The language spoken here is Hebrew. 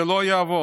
זה לא יעבוד.